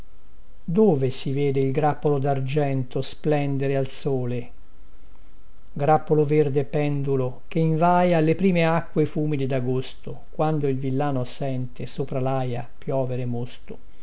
dove si vede il grappolo dargento splendere al sole grappolo verde e pendulo che invaia alle prime acque fumide dagosto quando il villano sente sopra laia piovere mosto